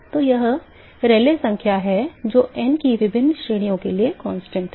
तो वह रेले संख्या है जो n की विभिन्न श्रेणियों के लिए constant है